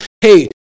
Hey